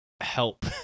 help